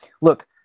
look